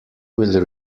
will